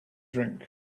drink